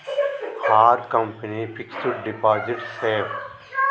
Are company fixed deposit safe?